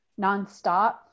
nonstop